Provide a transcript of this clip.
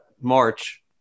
march